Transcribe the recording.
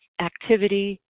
activity